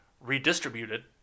redistributed